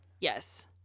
Yes